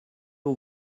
aux